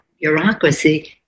bureaucracy